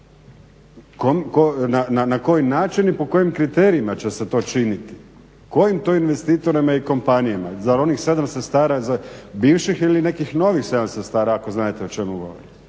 Na koji način i pod kojim kriterijima će se to činiti? Kojim to investitorima i kompanijama? Zar onih 7 sestara bivših ili nekih novih 7 sestara ako znadete o čemu govorim,